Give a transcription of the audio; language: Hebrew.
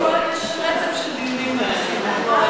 השבוע יש רצף של דיונים בעניין.